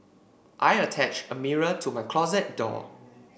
I attached a mirror to my closet door